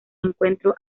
encuentro